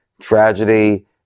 tragedy